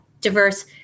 diverse